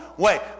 Wait